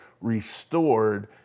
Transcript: restored